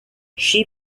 she